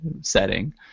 setting